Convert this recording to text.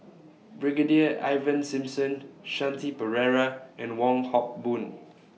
Brigadier Ivan Simson Shanti Pereira and Wong Hock Boon